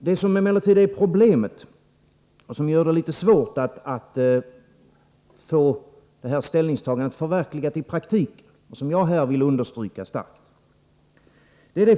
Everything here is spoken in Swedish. Här finns emellertid ett problem, som gör det litet svårt att få ställningstagandet förverkligat i praktiken, vilket jag starkt vill understryka.